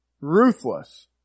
ruthless